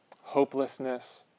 hopelessness